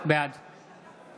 בעד